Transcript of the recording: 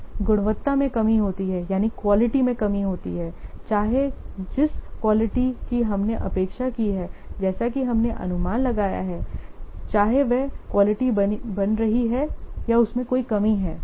फिर क्वालिटी में कमी होती है चाहे जिस क्वालिटी की हमने अपेक्षा की है जैसा कि हमने अनुमान लगाया है चाहे वह क्वालिटी बनी रहे या उसमें कोई कमी हो